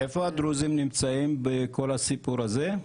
איפה הדרוזים נמצאים בכל הסיפור הזה?